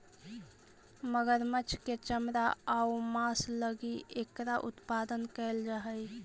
मगरमच्छ के चमड़ा आउ मांस लगी एकरा उत्पादन कैल जा हइ